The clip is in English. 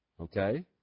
Okay